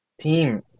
team